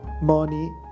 money